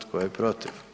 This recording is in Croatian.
Tko je protiv?